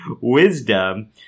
wisdom